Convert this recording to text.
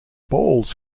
balls